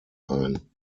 ein